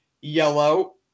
Yellow